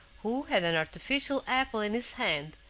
who had an artificial apple in his hand,